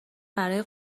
برای